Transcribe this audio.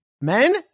men